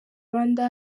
rwanda